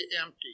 empty